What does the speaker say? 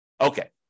Okay